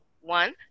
one